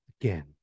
Again